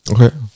Okay